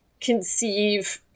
conceive